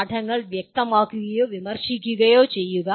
പാഠങ്ങൾ വ്യക്തമാക്കുകയോ വിമർശിക്കുകയോ ചെയ്യുക